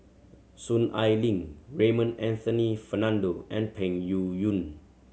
Soon Ai Ling Raymond Anthony Fernando and Peng Yuyun